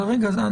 אני